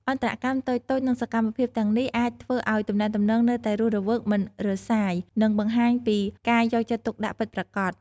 អន្តរកម្មតូចៗ និងសកម្មភាពទាំងនេះអាចធ្វើឱ្យទំនាក់ទំនងនៅតែរស់រវើក មិនរសាយ និងបង្ហាញពីការយកចិត្តទុកដាក់ពិតប្រាកដ។